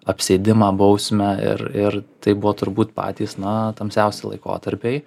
apsėdimą bausmę ir ir tai buvo turbūt patys na tamsiausi laikotarpiai